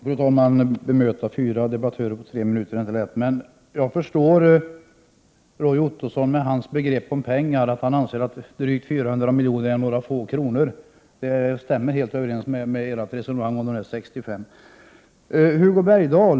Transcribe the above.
Fru talman! Att bemöta fyra debattörer på tre minuter är inte lätt. Jag förstår att Roy Ottosson, med det begrepp som han har om pengar, anser att drygt 400 miljoner bara är några få kronor. Det stämmer helt överens med miljöpartiets resonemang om de 65 miljarderna.